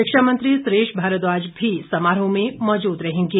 शिक्षा मंत्री सुरेश भारद्वाज भी समारोह में मौजूद रहेंगे